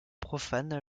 profane